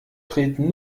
treten